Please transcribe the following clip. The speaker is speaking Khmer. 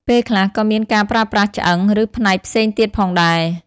ពេលខ្លះក៏មានការប្រើប្រាស់ឆ្អឹង ឬផ្នែកផ្សេងទៀតផងដែរ។